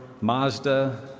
Mazda